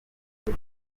ati